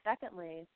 secondly